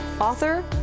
author